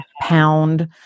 pound